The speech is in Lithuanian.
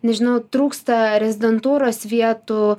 nežinau trūksta rezidentūros vietų